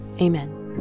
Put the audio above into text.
Amen